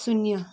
शून्य